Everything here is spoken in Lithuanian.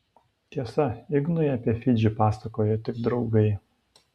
tiesa ignui apie fidžį pasakojo tik draugai